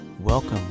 Welcome